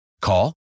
Call